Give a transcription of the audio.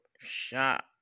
Shot